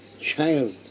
child